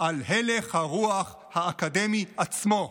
על הלך הרוח האקדמי עצמו.